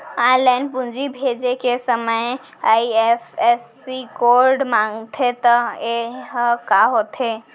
Online पूंजी भेजे के समय आई.एफ.एस.सी कोड माँगथे त ये ह का होथे?